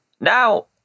now